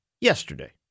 yesterday